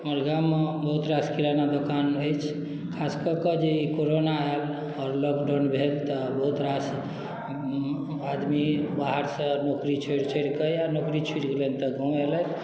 हमर गाम मे बहुत रास किराना दुकान अछि खास कऽ के जे ई करोना आयल आओर लॉकडाउन भेल बहुत रास आदमी बाहर सॅं नौकरी छोरि छोरि के या नौकरी छूटि गेलनि तऽ गाँव अयलथि